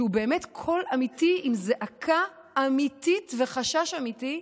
שהוא באמת קול אמיתי עם זעקה אמיתית וחשש אמיתי,